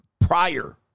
prior